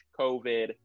COVID